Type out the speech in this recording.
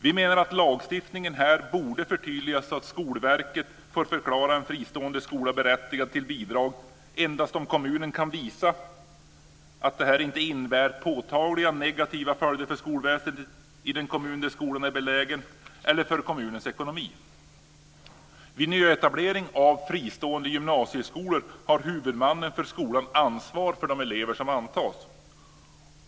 Vi menar att lagstiftningen här borde förtydligas så att Skolverket får förklara en fristående skola berättigad till bidrag endast om kommunen kan visa att det här inte innebär påtagliga negativa följder för skolväsendet i den kommun där skolan är belägen eller för kommunens ekonomi. Vid nyetablering av fristående gymnasieskolor har huvudmannen för skolan ansvar för de elever som antas.